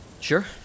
Sure